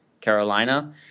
Carolina